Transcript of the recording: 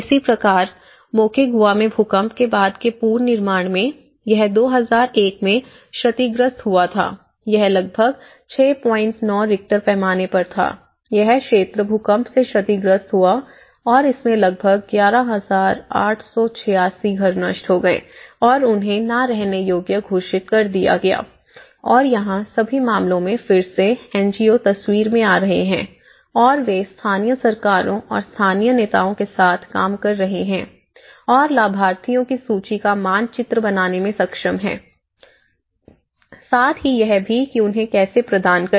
इसी प्रकार मोकेगुआ में भूकंप के बाद के पुनर्निर्माण में यह 2001 में क्षतिग्रस्त हुआ था यह लगभग 69 रिक्टर पैमाने पर था यह क्षेत्र भूकंप से क्षतिग्रस्त हुआ और इसमें लगभग 11886 घर नष्ट हो गए और उन्हें ना रहने योग्य घोषित कर दिया गया और यहाँ सभी मामलों में फिर से एनजीओ तस्वीर में आ रहे हैं और वे स्थानीय सरकारों और स्थानीय नेताओं के साथ काम कर रहे हैं और लाभार्थियों की सूची का मानचित्र बनाने में सक्षम हैं साथ ही यह भी कि उन्हें कैसे प्रदान करें